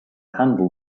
handle